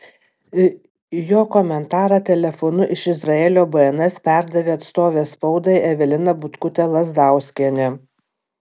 jo komentarą telefonu iš izraelio bns perdavė atstovė spaudai evelina butkutė lazdauskienė